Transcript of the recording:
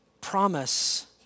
promise